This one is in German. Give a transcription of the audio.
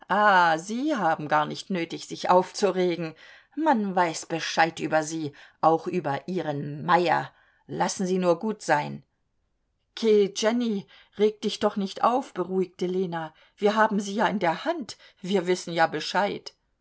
sie haben's gar nicht nötig sich aufzuregen man weiß bescheid über sie auch über ihren meyer lassen sie nur gut sein geh jenny reg'dich doch nicht auf beruhigte lena wir haben sie ja in der hand wir wissen ja bescheid